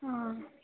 ਹਾਂ